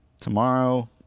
Tomorrow